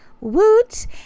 woot